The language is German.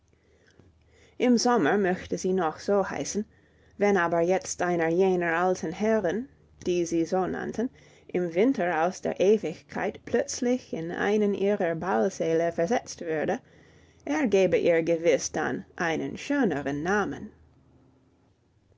im sommer möchte sie noch so heißen wenn aber jetzt einer jener alten herren die sie so nannten im winter aus der ewigkeit plötzlich in einen ihrer ballsäle versetzt würde er gäbe ihr gewiß dann einen schöneren namen